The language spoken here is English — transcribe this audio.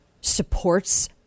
supports